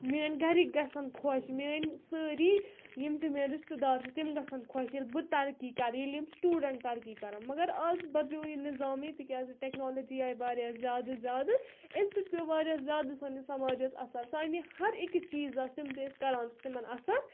میٲنۍ گَرِکۍ گژھن خۄش میٲنۍ سٲری یِم تہِ میٲنۍ رِشتہٕ دار چھِ تِم گژھن خۄش ییٚلہِ بہٕ ترقی کَرٕنۍ ییٚلہِ یِم سٹوٗڈَنٛٹ ترقی کَرَن مگر آز بدلیو یہِ نِظامٕے تِکیٛازِ ٹیکنالجی آیہِ واریاہ زیادٕ زیادٕ امہِ سۭتۍ پیٚو واریاہ زیادٕ سٲنِس سماجَس اَثَر سانہِ ہر أکِس چیٖزَس تِم تہِ أسۍ کَران چھِ تِمَن اَثَر